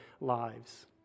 lives